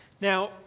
Now